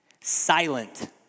silent